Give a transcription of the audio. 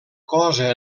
cosa